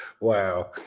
Wow